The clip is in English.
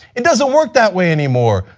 it doesn't work that way anymore,